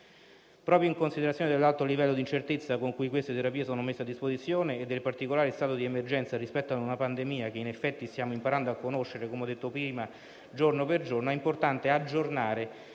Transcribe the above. Proprio in considerazione dell'alto livello di incertezza con cui queste terapie sono messe a disposizione e del particolare stato di emergenza rispetto a una pandemia che in effetti stiamo imparando a conoscere - come ho detto prima - giorno per giorno, è importante aggiornare